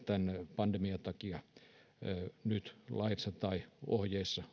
tämän pandemian takia nyt laeissa tai ohjeissa